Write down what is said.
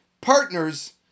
partners